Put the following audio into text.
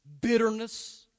bitterness